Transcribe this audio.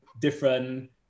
different